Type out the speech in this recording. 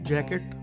Jacket